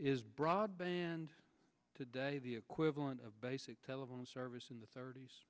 is broadband today the equivalent of basic telephone service in the thirt